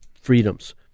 freedoms